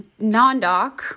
Nondoc